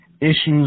Issues